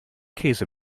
käse